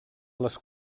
les